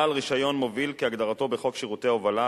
בעל רשיון מוביל כהגדרתו בחוק שירותי ההובלה,